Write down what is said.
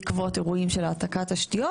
בעקבות אירועים של העתקת תשתיות.